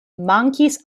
mankis